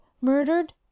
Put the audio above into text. Murdered